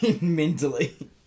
mentally